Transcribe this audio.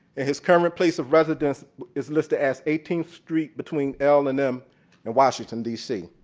and his current place of residence is listed as eighteenth street between l and m in washington, dc.